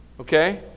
Okay